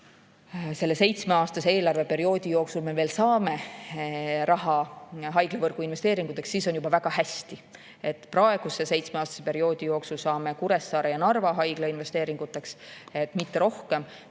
seitsmeaastase eelarveperioodi jooksul raha haiglavõrgu investeeringuteks, siis on juba väga hästi. Praeguse seitsmeaastase perioodi jooksul saame me Kuressaare ja Narva Haigla investeeringuteks, mitte rohkem.